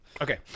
Okay